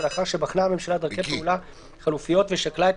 ולאחר שבחנה הממשלה דרכי פעולה חלופיות ושקלה את